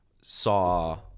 saw